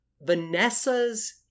Vanessa's